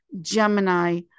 Gemini